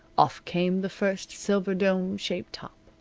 off came the first silver, dome-shaped top.